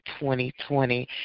2020